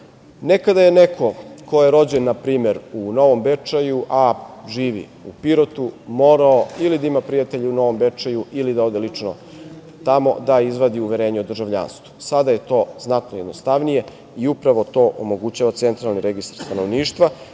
Nekada je neko ko je rođen npr. u Novom Bečeju, a živi u Pirotu, morao ili da ima prijatelje u Novom Bečeju ili da ode lično tamo da izvadi uverenje o državljanstvu. Sada je to znatno jednostavnije i upravo to omogućava Centralni registar stanovništva